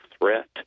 threat